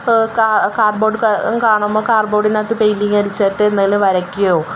cardboard കാണുമ്പോള് കാർഡ്ബോർഡിനകത്ത് painting അടിച്ചിട്ട് എന്തേലും വരയ്ക്കുകയോ